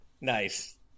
Nice